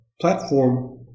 platform